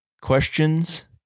questions